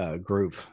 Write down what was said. group